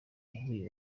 yaguye